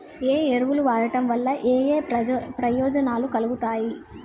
ఏ ఎరువులు వాడటం వల్ల ఏయే ప్రయోజనాలు కలుగుతయి?